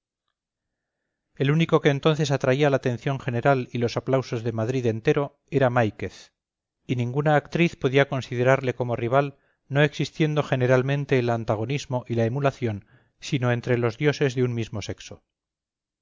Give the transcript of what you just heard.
el único que entonces atraía la atención general y los aplausos de madrid entero era máiquez y ninguna actriz podía considerarle como rival no existiendo generalmente el antagonismo y la emulación sino entre los dioses de un mismo sexo